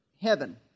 heaven